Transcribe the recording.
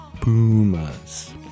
Pumas